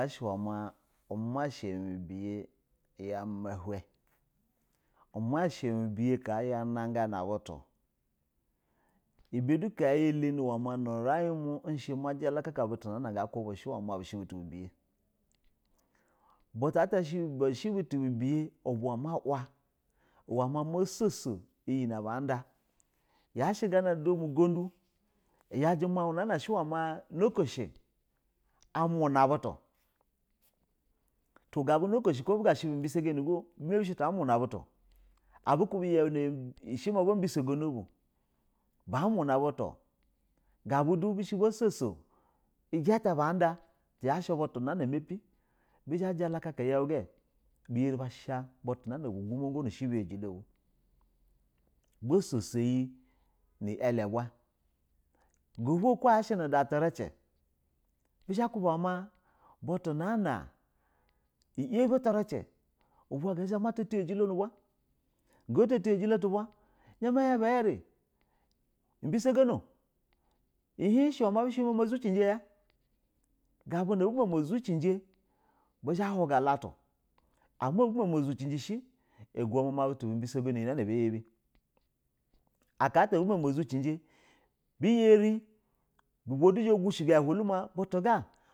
Yashi we ma masha mubiya ma ma hiwn, umasha mubiya ka ya na gana butu, ube du ka ya lani nu urai mu ma jalaka butu na she butu bi ya butu a ta she buto biye aba ma uwa uwa ma ma soso iyi na ba ida yashi gana udo mu gondu yaji mau na shi ma na kasha muna butu wama ko ta bushi bu bisagan go bimapi shi ta a muna butu wama ko ta bushi bu bisagani go bimapi shi ta a muna butu yashi abu kubi yau na aba bi so gam ba muna butu gab u du bish ba so ijita ba da yashi butu nan a nap bizha ba jala kaka yau ga uhle biyari bas ha butu nab u gumo go nu na zha yasha biyojilo bub a soso iyi ne elin baula go bo ka yashi nu da tiri ci bizha ba kuba hlama butu nana yabi traci uba ga zha mata tijajailo nu uba izha ma hin bu ayari bise gono i hin bushe bumamla zucinja ya gab u nab u mama zucija bu zha ba bunga ulatu, ama abu mamo zuciji she uguma ime iyi na ba bu bisagani aka ata abu mama zucinja biyiri butu ga.